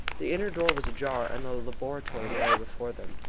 the inner door was ajar, and the laboratory lay before them.